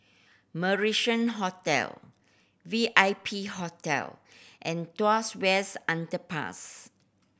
Marrison Hotel VIP Hotel and Tuas West Underpass